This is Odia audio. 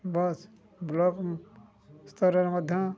ବସ୍ ବ୍ଲକସ୍ତରରେ ମଧ୍ୟ